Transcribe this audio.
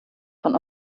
von